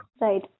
Right